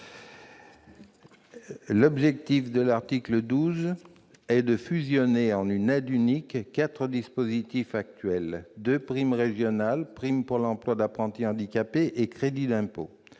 L'objet de l'article 12 est de fusionner en une aide unique quatre dispositifs actuels, à savoir deux primes régionales, une prime pour l'emploi d'apprentis handicapés et un crédit d'impôt.